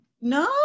No